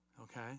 Okay